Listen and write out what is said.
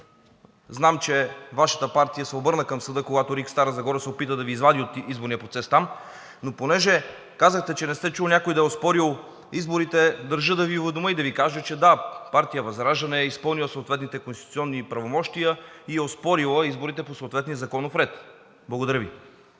Знам, че Вашата партия се обърна към съда, когато РИК – Стара Загора, се опита да Ви извади от изборния процес там. Но тъй като казахте, че не сте чули някой да е оспорил изборите, държа да Ви уведомя и да Ви кажа, че да, партия ВЪЗРАЖДАНЕ е изпълнила съответните конституционни правомощия и е оспорила изборите по съответния законов ред. Благодаря Ви.